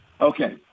Okay